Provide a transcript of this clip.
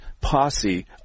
posse